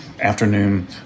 afternoon